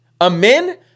Amen